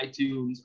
iTunes